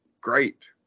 great